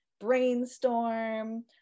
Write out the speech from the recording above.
brainstorm